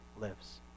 lives